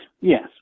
Yes